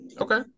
Okay